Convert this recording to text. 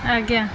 ଆଜ୍ଞା